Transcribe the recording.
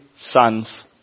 sons